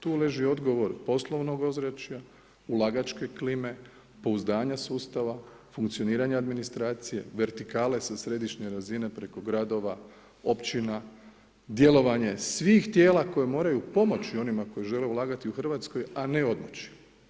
Tu leži odgovor poslovnog ozračja, ulagačka klime, pouzdanja sustava, funkcioniranje administracije, vertikale sa središnje razine, preko gradova, općina, djelovanje svih tijela koje moraju pomoći onima koji žele ulagati u Hrvatskoj, a ne otići.